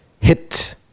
hit